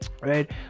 right